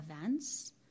events